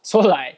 so like